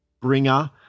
Bringer